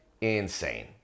insane